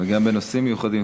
וגם בנושאים מיוחדים.